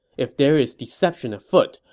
if there's deception afoot,